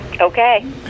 Okay